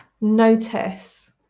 notice